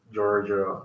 Georgia